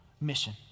mission